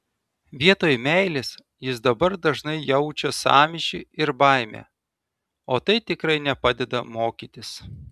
vietoj meilės jis dabar dažnai jaučia sąmyšį ir baimę o tai tikrai nepadeda mokytis